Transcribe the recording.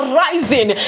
rising